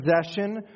possession